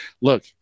look